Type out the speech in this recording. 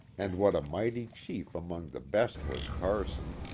and what a mighty chief among the best was carson,